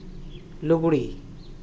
ᱞᱩᱜᱽᱲᱤ